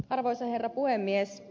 arvoisa herra puhemies